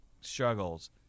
struggles